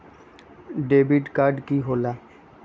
Debit card की होला?